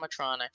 animatronics